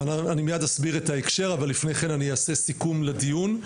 ואני מייד אסביר את ההקשר אבל לפני כן אני אעשה סיכום לדיון,